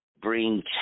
bring